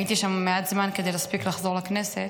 הייתי שם מעט זמן כדי להספיק לחזור לכנסת,